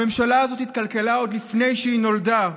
הממשלה הזאת התקלקלה עוד לפני שהיא נולדה.